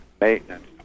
maintenance